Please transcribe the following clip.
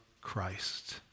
Christ